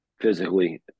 physically